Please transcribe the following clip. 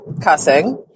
cussing